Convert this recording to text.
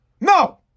No